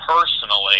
personally